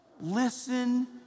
Listen